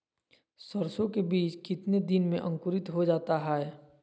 सरसो के बीज कितने दिन में अंकुरीत हो जा हाय?